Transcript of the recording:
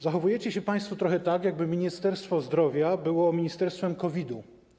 Zachowujecie się państwo trochę tak, jakby Ministerstwo Zdrowia było ministerstwem COVID-u.